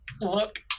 look